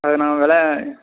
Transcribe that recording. அது நான் வில